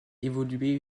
évoluer